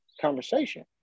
conversation